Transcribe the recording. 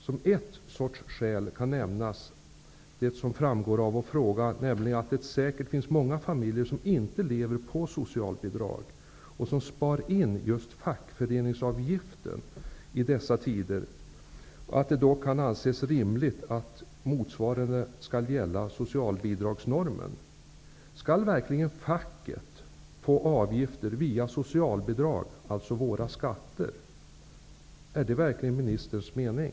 Som ett skäl till att så inte bör vara fallet kan nämnas det som framgår av vår fråga, nämligen att det säkert finns många familjer som inte lever på socialbidrag som spar in just fackföreningsavgiften i dessa tider. Då kan det anses rimligt att motsvarande skall gälla för socialbidragsnormen. Skall facket verkligen få avgifter via socialbidrag, dvs. våra skatter? Är det verkligen ministerns mening?